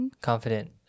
Confident